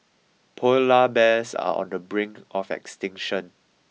polar bears are on the brink of extinction